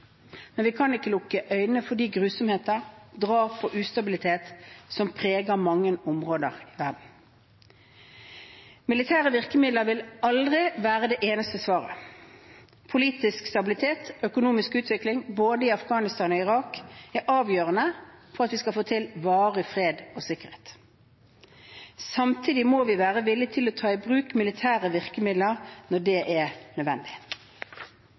men vi kan ikke lukke øynene for de grusomheter, drap og den ustabilitet som preger mange områder i verden. Militære virkemidler vil aldri være det eneste svaret. Politisk stabilitet og økonomisk utvikling, både i Afghanistan og i Irak, er avgjørende for at vi skal få til varig fred og sikkerhet. Samtidig må vi være villige til å ta i bruk militære virkemidler når det er nødvendig.